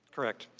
correct.